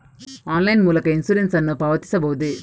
Online ಮೂಲಕ insurance ನ್ನು ಪಾವತಿಸಬಹುದೇ?